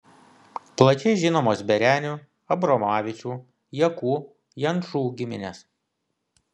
plačiai žinomos berenių abromavičių jakų jančų giminės